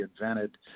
invented